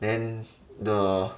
then the